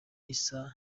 isa